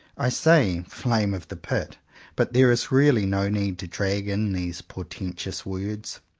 i say flame of the pit but there is really no need to drag in these portentous words.